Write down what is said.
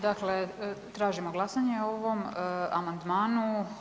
Dakle, tražimo glasanje o ovom amandmanu.